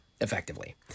effectively